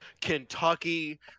Kentucky